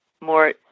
more